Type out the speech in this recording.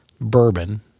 bourbon